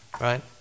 right